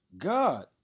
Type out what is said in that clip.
God